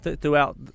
Throughout